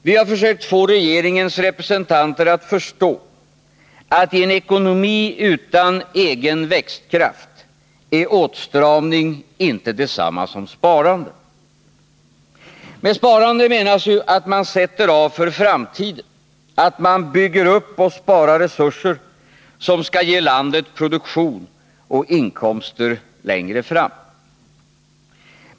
Vi har försökt få regeringens representanter att förstå att i en ekonomi utan egen växtkraft är åtstramning inte detsamma som sparande. Med spara menas ju att man sätter av för framtiden, att man bygger upp och sparar resurser som skall ge landet produktion och inkomster längre fram.